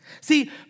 See